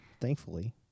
thankfully